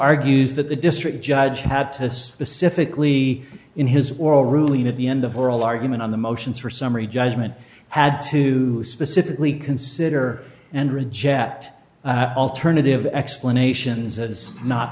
argues that the district judge had to specific lee in his oral ruling to the end of oral argument on the motions for summary judgment had to specifically consider or and reject alternative explanations is not